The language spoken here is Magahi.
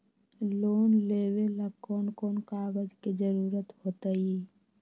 लोन लेवेला कौन कौन कागज के जरूरत होतई?